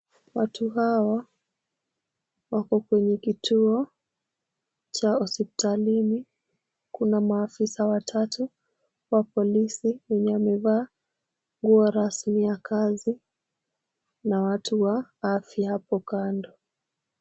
Watu hawa wako kwenye kituo cha hospitalini. Kuna maafisa wa tatu wa polisi wenye wamevaa nguo rasmi ya kazi na watu wa afya apo kando.